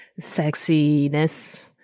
sexiness